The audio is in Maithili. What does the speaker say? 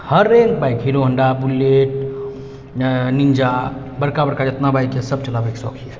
हरेक bike Hero Honda Bullet Ninja बड़का बड़का जतना बाइक अइ सब चलाबैके सौख अइ